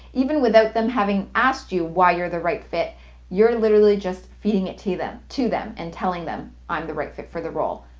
even without them having asked you why you're the right fit you're literally just feeding it to them to them and telling them, i'm the right fit for the role.